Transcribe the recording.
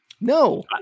No